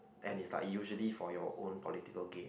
and is like usually for your own political game